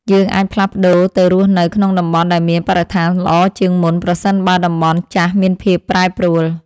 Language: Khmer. យើងអាចផ្លាស់ប្តូរទៅរស់នៅក្នុងតំបន់ដែលមានបរិស្ថានល្អជាងមុន ប្រសិនបើតំបន់ចាស់មានភាពប្រែប្រួល។